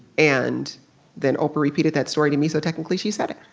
and then oprah repeated that story to me. so technically, she said it